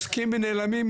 הם עוסקים בנעלמים.